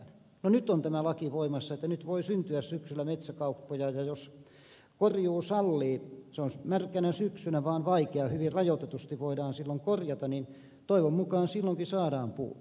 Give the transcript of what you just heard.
no nyt on tämä laki voimassa että nyt voi syntyä syksyllä metsäkauppoja ja jos korjuu sallii se on märkänä syksynä vaan vaikeaa hyvin rajoitetusti voidaan silloin korjata niin toivon mukaan silloinkin saadaan puuta